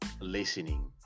listening